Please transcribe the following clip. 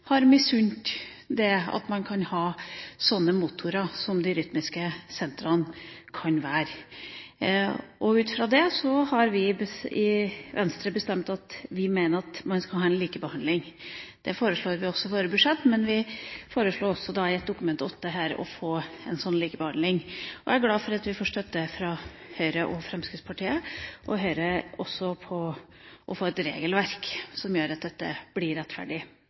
har misunt det at man kan ha slike motorer som de rytmiske sentrene kan være. Ut fra det har vi i Venstre bestemt at vi mener at det må være likebehandling. Det foreslår vi også i våre budsjetter, men vi foreslår også i et Dokument 8-forslag å få en slik likebehandling. Jeg er glad for at vi får støtte fra Høyre og Fremskrittspartiet. Høyre støtter også å innføre et regelverk som gjør at dette blir rettferdig.